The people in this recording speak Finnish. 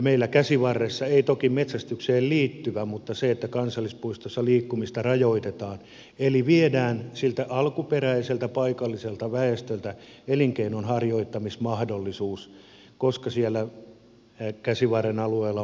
meillä käsivarressa ei toki metsästykseen liittyvästi mutta kun kansallispuistossa liikkumista rajoitetaan viedään siltä alkuperäiseltä paikalliselta väestöltä elinkeinon harjoittamismahdollisuus koska siellä käsivarren alueella on poronhoitoalueita